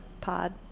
pod